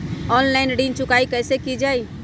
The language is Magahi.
ऑनलाइन ऋण चुकाई कईसे की ञाई?